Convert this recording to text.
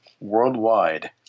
worldwide –